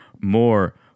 more